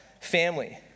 family